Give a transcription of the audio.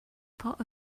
part